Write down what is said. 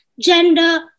gender